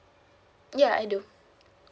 ya I do